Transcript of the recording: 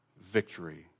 victory